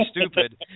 stupid